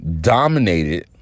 dominated